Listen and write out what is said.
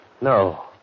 No